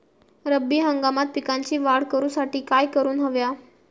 रब्बी हंगामात पिकांची वाढ करूसाठी काय करून हव्या?